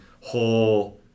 whole